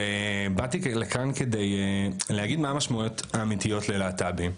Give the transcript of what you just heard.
ובאתי לכאן כדי להגיד מה המשמעותיות האמיתיות ללהט"בים.